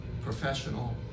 professional